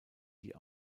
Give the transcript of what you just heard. die